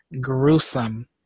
gruesome